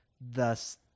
Thus